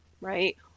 right